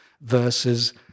versus